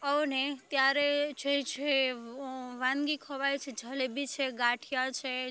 અને ત્યારે જે છે વાનગી ખવાય છે જલેબી છે ગાંઠિયા છે